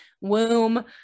womb